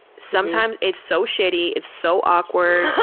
sometimes, it's so shitty, it's so awkward,